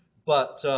but